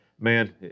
man